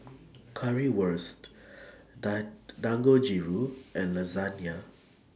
Currywurst Dan Dangojiru and Lasagna